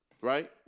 right